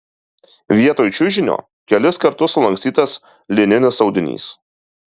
vietoj čiužinio kelis kartus sulankstytas lininis audinys